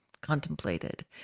contemplated